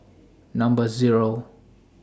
Number Zero